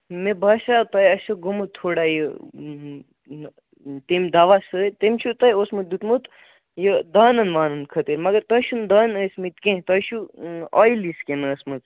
مےٚ باسیٛاو تۄہہِ آسوٕ گوٚمُت تھوڑا یہِ تَمہِ دواہ سۭتۍ تٔمۍ چھُ تۄہہِ اوسمُت دِیُت مُت یہِ دانن وانن خٲطرٕ مگر تۄہہِ چھُ نہٕ دانہٕ ٲسۍمٕتۍ کیٚنٛہہ تۄہہِ چھُ اویلی سِکِن ٲسمٕژ